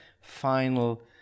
final